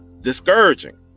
discouraging